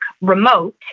remote